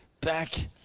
back